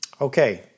Okay